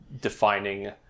defining